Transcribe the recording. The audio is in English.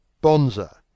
bonza